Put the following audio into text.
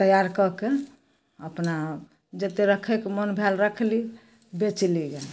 तैआर कऽ कऽ अपना जतेक राखैके मोन भेल राखलहुँ बेचलहुँ